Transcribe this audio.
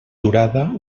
durada